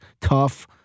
tough